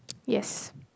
yes